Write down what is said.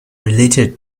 related